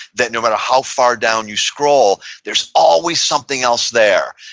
that no matter how far down you scroll, there's always something else there.